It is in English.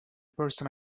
person